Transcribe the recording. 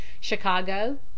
chicago